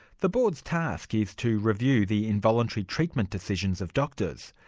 the board's task is to review the involuntary treatment decisions of doctors.